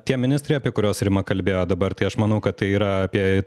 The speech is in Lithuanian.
tie ministrai apie kurios rima kalbėjo dabar tai aš manau kad tai yra apie